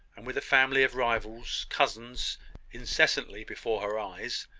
and with a family of rivals' cousins incessantly before her eyes,